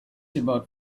about